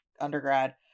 undergrad